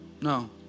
No